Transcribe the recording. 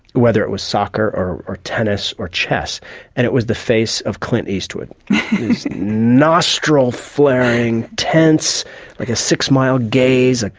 whether it was soccer, or or tennis or chess and it was the face of clint eastwood, his nostril flaring, tense like a six mile gaze, ah